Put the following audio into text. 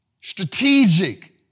strategic